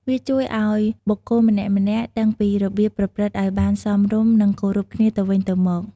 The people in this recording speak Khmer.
វាជួយឱ្យបុគ្គលម្នាក់ៗដឹងពីរបៀបប្រព្រឹត្តឱ្យបានសមរម្យ និងគោរពគ្នាទៅវិញទៅមក។